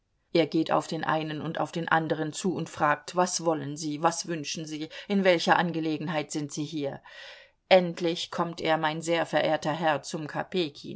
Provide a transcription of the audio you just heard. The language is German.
er geht auf den einen und auf den andern zu und fragt was wollen sie was wünschen sie in welcher angelegenheit sind sie hier endlich kommt er mein sehr verehrter herr zum